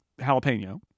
jalapeno